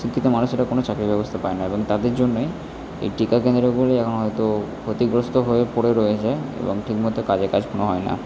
শিক্ষিত মানুষেরা কোনো চাকরির ব্যবস্থা পায় না এবং তাদের জন্যই এই টিকা কেন্দ্রগুলি এখন হয়তো ক্ষতিগ্রস্ত হয়ে পড়ে রয়েছে এবং ঠিক মতো কাজের কাজ কোনো হয় না